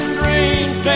dreams